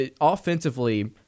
offensively